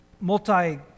multi-